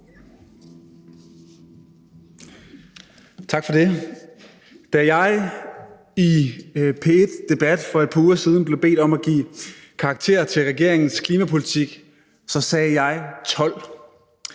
Tak for det. Da jeg i P1 Debat for et par uger siden blev bedt om at give karakter til regeringens klimapolitik, gav jeg 12.